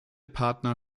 partner